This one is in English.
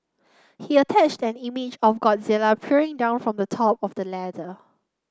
he attached an image of Godzilla peering down from the top of the ladder